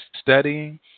studying